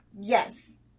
Yes